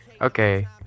okay